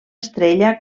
estrella